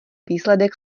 výsledek